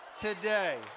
today